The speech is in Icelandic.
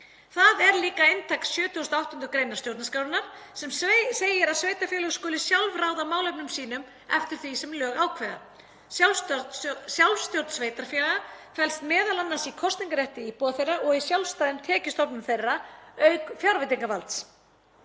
Það er líka inntak 78. gr. stjórnarskrárinnar, sem segir að sveitarfélög skuli sjálf ráða málefnum sínum eftir því sem lög ákveða. Sjálfstjórn sveitarfélaga felst m.a. í kosningarrétti íbúa þeirra og í sjálfstæðum tekjustofnum þeirra, auk fjárveitingavalds.